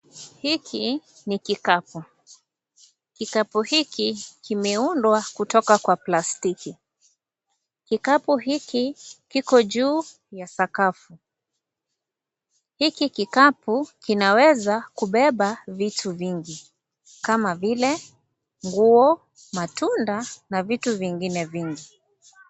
Hiki ni kikapu. Kikapu hiki kimeundwa kutoka kwa plastiki. Kikapu hiki kiko juu ya sakafu. Hiki kikapu kinaweza kubeba vitu vingi, kama vile nguo, matunda na vitu vingine vingi.